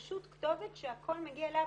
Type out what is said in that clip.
פשוט כתובת שהכל מגיע לשם,